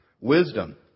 Wisdom